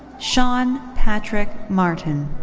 sean patrick martin.